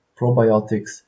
probiotics